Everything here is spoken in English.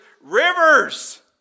rivers